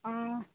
অঁ